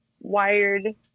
wired